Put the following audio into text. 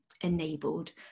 enabled